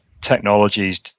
technologies